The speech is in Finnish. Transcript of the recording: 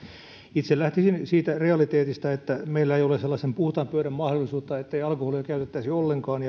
itse lähtisin siitä realiteetista että meillä ei ole sellaisen puhtaan pöydän mahdollisuutta ettei alkoholia käytettäisi ollenkaan